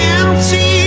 empty